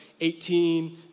18